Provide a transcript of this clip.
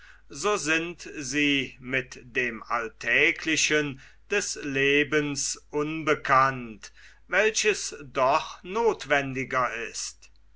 so sind sie mit dem alltäglichen des lebens unbekannt welches doch notwendiger ist